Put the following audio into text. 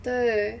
对